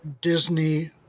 Disney